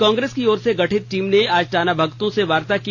कांग्रेस की ओर से गठित टीम ने आज टाना भगतों से वार्ता की